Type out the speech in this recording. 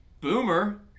Boomer